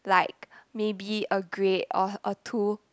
like maybe a grade or or two